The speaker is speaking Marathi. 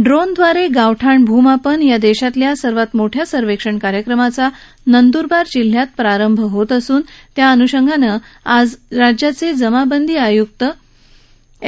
ड्रोनद्वारे गावठाण भूमापन ह्या देशातल्या सर्वात मोठ्या सर्वेक्षण कार्यक्रमाचा नंदुरबार जिल्ह्यात शुभारंभ होत असुन त्याच अनुषंगाने आज राज्याचे जमाबंदी आयुक्त